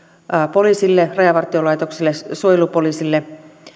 poliisille rajavartiolaitokselle ja suojelupoliisille